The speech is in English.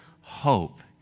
hope